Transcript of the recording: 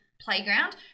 playground